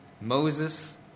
Moses